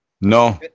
No